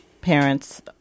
parents